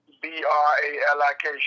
B-R-A-L-I-K